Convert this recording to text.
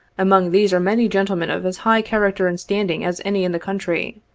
among these are many gentlemen of as high character and standing as any in the country.